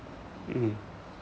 mm